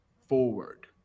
forward